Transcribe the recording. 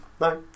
No